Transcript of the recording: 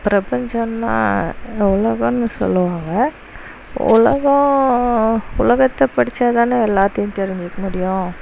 பிரபஞ்சம்னால் உலகம்னு சொல்லுவாங்க உலகம் உலகத்தை படித்தா தானே எல்லாத்தையும் தெரிஞ்சுக்க முடியும்